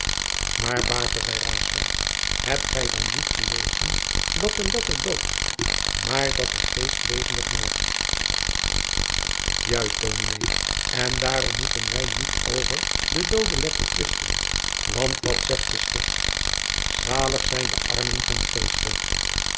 maar baker zeide raesfelt hebt gij dan niet gelezen dat de letter doodt maar dat de geest levendig maakt juist dominé en daarom moeten wij niet over den dooden letter twisten want wat zegt de schrift zalig zijn de armen van